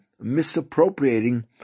misappropriating